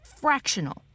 fractional